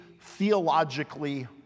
theologically